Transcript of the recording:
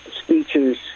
speeches